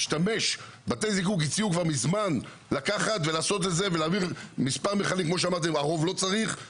בתי הזיקוק הציעו כבר מזמן לקחת ולהעביר מספר מכלים ולשים אצלנו,